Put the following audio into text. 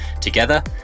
Together